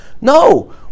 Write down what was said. no